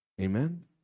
Amen